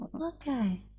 okay